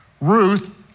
Ruth